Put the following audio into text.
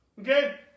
Okay